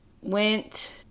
went